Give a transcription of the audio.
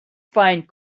find